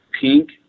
pink